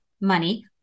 money